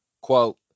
Quote